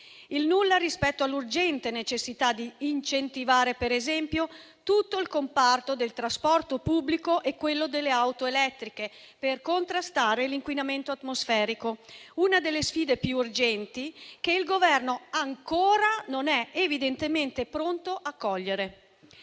il nulla rispetto all'urgente necessità di incentivare, per esempio, tutto il comparto del trasporto pubblico e quello delle auto elettriche per contrastare l'inquinamento atmosferico, una delle sfide più urgenti che il Governo ancora non è evidentemente pronto a cogliere.